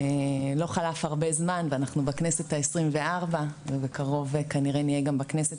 לא חלף הרבה זמן ואנחנו בכנסת ה-24 ובקרוב כנראה נהיה גם בכנסת